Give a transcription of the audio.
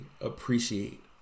appreciate